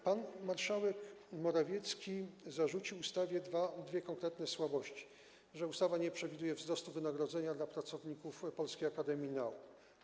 Pan marszałek Morawiecki zarzucił ustawie dwie konkretne słabości, a mianowicie, że ustawa nie przewiduje wzrostu wynagrodzenia dla pracowników Polskiej Akademii Nauk.